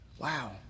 Wow